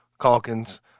Calkins